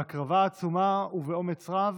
בהקרבה עצומה ובאומץ רב